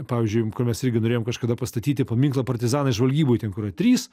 pavyzdžiui kur mes irgi norėjom kažkada pastatyti paminklo partizanai žvalgyboj ten kur yra trys